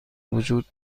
وجود